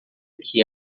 que